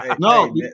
No